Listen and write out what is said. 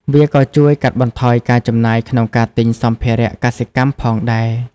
វាក៏ជួយកាត់បន្ថយការចំណាយក្នុងការទិញសម្ភារៈកសិកម្មផងដែរ។